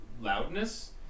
loudness